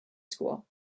school